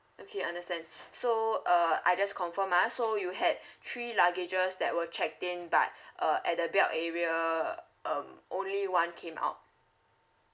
okay understand so uh I just confirm ah so you had three luggages that were checked in but uh at the belt area um only one came out